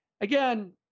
again